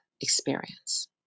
experience